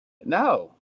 no